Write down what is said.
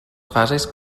fases